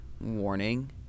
warning